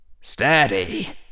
Steady